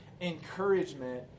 encouragement